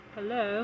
Hello